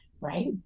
right